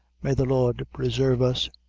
may the lord presarve us!